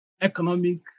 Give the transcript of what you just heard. economic